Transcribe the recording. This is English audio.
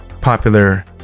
popular